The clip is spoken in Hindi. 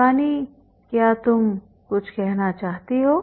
शिवानी क्या तुम कुछ कहना चाहती हो